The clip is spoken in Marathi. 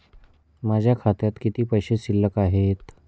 माझ्या खात्यात किती पैसे शिल्लक आहेत?